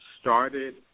started